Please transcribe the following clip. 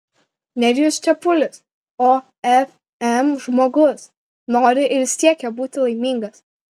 nerijus čepulis ofm žmogus nori ir siekia būti laimingas